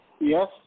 Yes